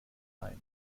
ein